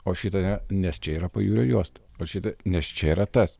o šito ne nes čia yra pajūrio juosta o šita nes čia yra tas